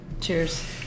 Cheers